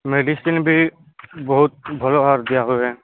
medicine ବି ବହୁତ ଭଲ ଭାବରେ ଦିଆହୁଏ